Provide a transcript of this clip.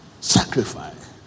Sacrifice